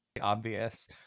obvious